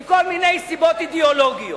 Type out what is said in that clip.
עם כל מיני סיבות אידיאולוגיות.